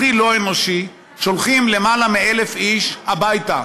הכי לא אנושי: שולחים יותר מ-1,000 איש הביתה,